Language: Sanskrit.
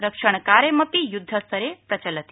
रक्षणकार्यमपि युद्धस्तरे प्रचलति